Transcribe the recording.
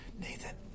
Nathan